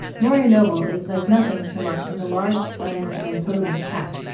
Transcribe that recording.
maury noble is like nothing so much as a large slender and imposing cat.